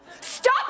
Stop